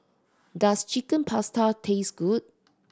does Chicken Pasta taste good